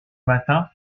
matin